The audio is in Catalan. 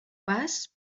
pas